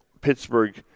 Pittsburgh